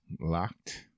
Locked